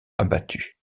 abattu